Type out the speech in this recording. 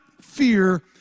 fear